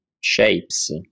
shapes